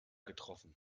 getroffen